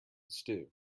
stew